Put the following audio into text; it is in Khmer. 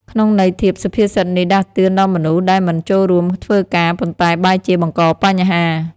ក្នុងន័យធៀប សុភាសិតនេះដាស់តឿនដល់មនុស្សដែលមិនចូលរួមធ្វើការ ប៉ុន្តែបែរជាបង្កបញ្ហា។